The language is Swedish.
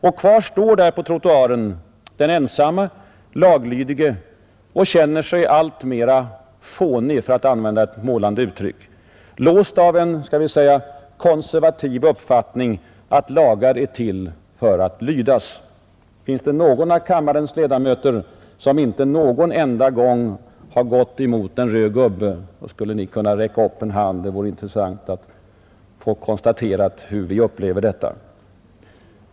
Och kvar står där på trottoaren den ensamme, laglydige, och känner sig alltmer fånig — för att använda ett målande uttryck — låst av en, skall vi säga ”konservativ” uppfattning att lagar är till för att lydas. Finns det någon av kammarens ledamöter som inte någon gång har gått emot en röd gubbe, skulle ni kunna räcka upp en hand? Ingen! Såvitt jag ser.